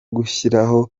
gushyiraho